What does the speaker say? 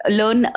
learn